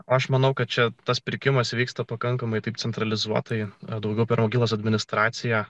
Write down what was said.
aš manau kad čia tas pirkimas vyksta pakankamai taip centralizuotai daugiau per mokyklos administraciją